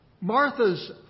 Martha's